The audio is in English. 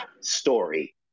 story